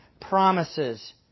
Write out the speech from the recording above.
promises